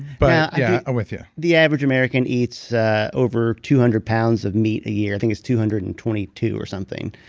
but, yeah, i'm with you the average american eats over two hundred pounds of meat a year. i think it's two hundred and twenty two or something.